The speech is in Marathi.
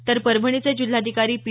तर परभणीचे जिल्हाधिकारी पी